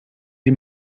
die